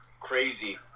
crazy